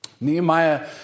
Nehemiah